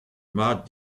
mat